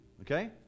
Okay